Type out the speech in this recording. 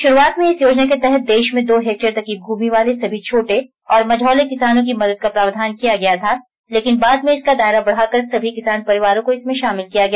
शुरूआत में इस योजना के तहत देश में दो हेक्टेयर तक की भूमि वाले सभी छोटे और मझौले किसानों की मदद का प्रावधान किया गया था लेकिन बाद में इसका दायरा बढ़ाकर सभी किसान परिवारों को इसमें शामिल किया गया